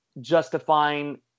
justifying